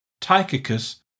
Tychicus